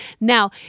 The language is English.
Now